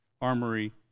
armory